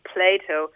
Plato